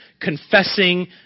confessing